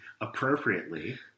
appropriately